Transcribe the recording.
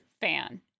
fan